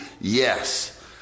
Yes